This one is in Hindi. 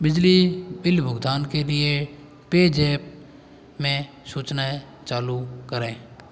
बिजली बिल भुगतान के लिए पेज़ैप में सूचनाएँ चालू करें